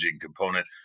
component